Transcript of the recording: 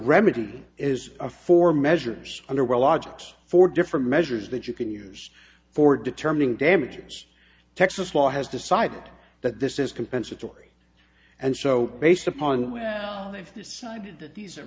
remedy is a for measures under well logics for different measures that you can use for determining damages texas law has decided that this is compensatory and so based upon the way they've decided that these are